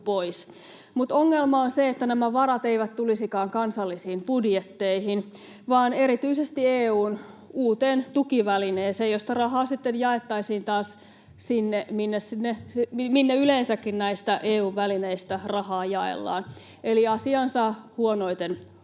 Mutta ongelma on se, että nämä varat eivät tulisikaan kansallisiin budjetteihin vaan erityisesti EU:n uuteen tukivälineeseen, josta rahaa sitten jaettaisiin taas sinne, minne yleensäkin näistä EU-välineistä rahaa jaellaan, eli asiansa huonoiten hoitaneille